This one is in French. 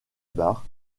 bar